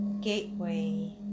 gateway